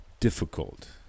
Difficult